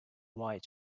white